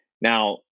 now